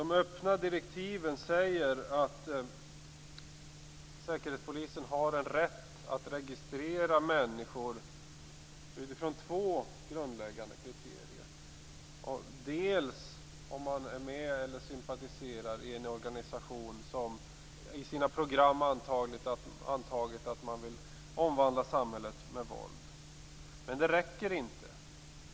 De öppna direktiven säger att säkerhetspolisen har en rätt att registrera människor utifrån två grundläggande kriterier. Det första är om man är med i eller sympatiserar med en organisation som i sin program antagit att man vill omvandla samhället med våld. Men det räcker inte.